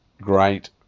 great